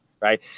right